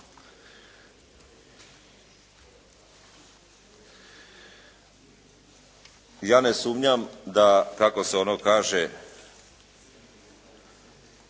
Ja ne sumnjam da kako se ono kaže